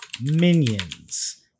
Minions